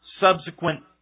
subsequent